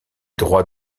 droits